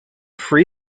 free